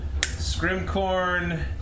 scrimcorn